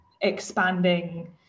expanding